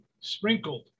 sprinkled